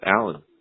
Alan